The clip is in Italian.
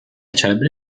celebre